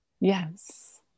yes